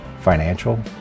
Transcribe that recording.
Financial